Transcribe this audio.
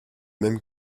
même